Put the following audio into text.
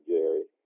Jerry